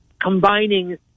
combining